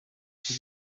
cyo